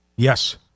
Yes